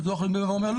ביטוח לאומי בא ואומר,